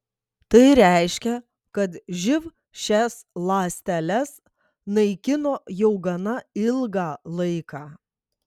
tai reiškia kad živ šias ląsteles naikino jau gana ilgą laiką